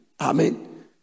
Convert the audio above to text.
Amen